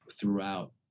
throughout